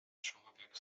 człowiek